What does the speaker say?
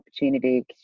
opportunity